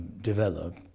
develop